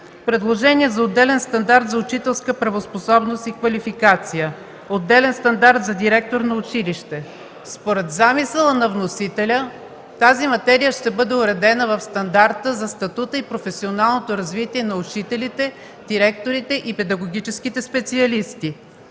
предложение за отделен стандарт за учителска правоспособност и квалификация; отделен стандарт за директор на училище. Според замисъла на вносителя, тази материя ще бъде уредена в стандарта за статута и професионалното развитие на учителите, директорите и педагогическите специалисти.